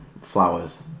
flowers